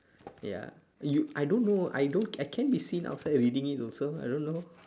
ya you I don't know I don't I can be seen outside reading it also I don't know